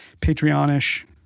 Patreon-ish